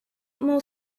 more